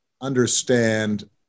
understand